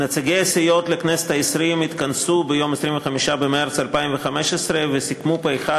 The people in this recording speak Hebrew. נציגי הסיעות לכנסת העשרים התכנסו ביום 25 במרס 2015 וסיכמו פה-אחד